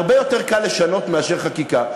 הרבה יותר קל לשנות מאשר חקיקה.